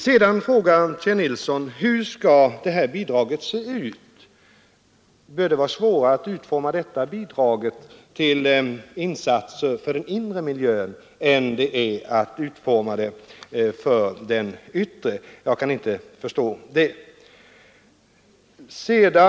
Sedan frågade herr Nilsson hur det här bidraget skall se ut. Behöver det vara svårare att utforma ett bidrag till insatser för den inre miljön än för den yttre? Jag kan inte förstå det.